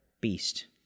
beast